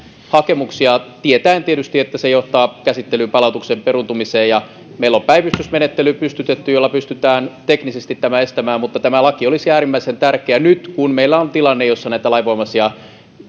hakemuksia tietäen tietysti että se johtaa käsittelyyn palautuksen peruuntumiseen meillä on pystytetty päivystysmenettely jolla pystytään teknisesti tämä estämään mutta tämä laki olisi äärimmäisen tärkeä nyt kun meillä on tilanne jossa näitä lainvoimaisia